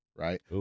Right